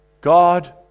God